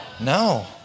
No